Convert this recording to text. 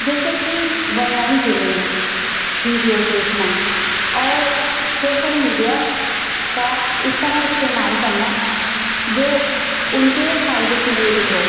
جیسے کہ online gaming videos دیکھنا اور سوشل میڈیا کا اجتماعی استعمال کرنا جو ان کے فائدے کے لیے بھی ہو